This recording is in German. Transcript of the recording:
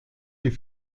die